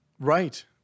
Right